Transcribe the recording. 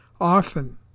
Often